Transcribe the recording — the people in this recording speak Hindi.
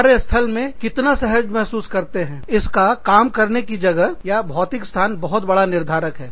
कार्य स्थल में कितना आराम सहज महसूस करते हैंइसका काम करने की जगह भौतिक स्थान बहुत बड़ा निर्धारक है